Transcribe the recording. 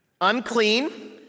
unclean